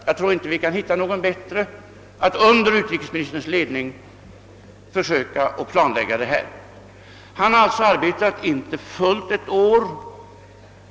Jag tror inte att vi kan finna någon som är lämpligare att under utrikesministerns ledning planlägga den hjälpverksamheten. Öberg har arbetat under inte fullt ett år.